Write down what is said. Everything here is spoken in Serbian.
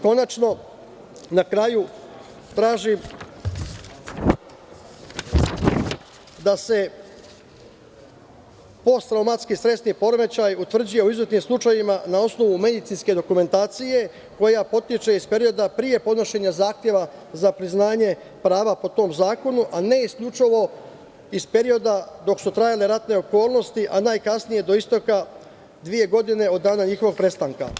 Konačno, na kraju, tražim da se posttraumatski stresni poremećaj utvrđuje u izuzetnim slučajevima na osnovu medicinske dokumentacije koja potiče iz perioda pre podnošenja zahteva za priznanje prava po tom zakonu, a ne isključivo iz perioda dok su trajale ratne okolnosti, a najkasnije do isteka dve godine od dana njihovog prestanka.